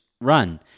run